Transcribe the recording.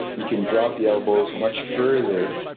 you can drop the elbows much further